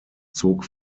zog